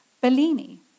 Bellini